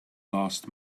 last